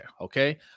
Okay